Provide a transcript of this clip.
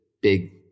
big